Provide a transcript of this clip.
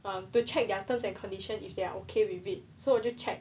um to check their terms and condition if they are okay with it so 我就 check